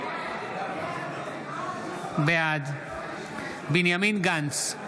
בעד בנימין גנץ,